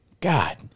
God